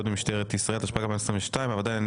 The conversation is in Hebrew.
אין ענייני,